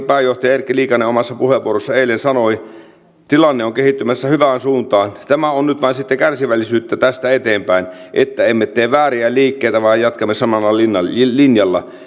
pääjohtaja erkki liikanen omassa puheenvuorossaan eilen sanoi tilanne on kehittymässä hyvään suuntaan tämä on nyt vain sitten kärsivällisyyttä tästä eteenpäin että emme tee vääriä liikkeitä vaan jatkamme samalla linjalla linjalla